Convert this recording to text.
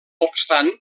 obstant